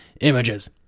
images